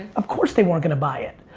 of course they weren't gonna buy it.